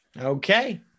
Okay